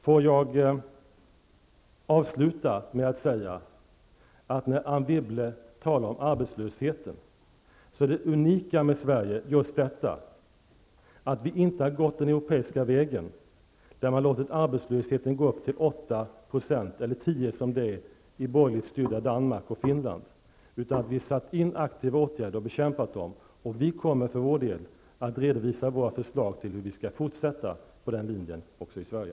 Avslutningsvis vill jag säga följande. Anne Wibble talar om arbetslösheten. Men då vill jag framhålla att det unika med Sverige är just detta med att vi inte har gått den europeiska vägen. I Europa har man ju låtit arbetslösheten gå upp till 8 %, eller till 10 %, som det är i de borgerligt styrda länderna Danmark och Finland. Vi har istället satt in aktiva åtgärder för att bekämpa missförhållandena. Vi kommer för vår del att redovisa förslag om hur vi skall fortsätta på den linjen också i Sverige.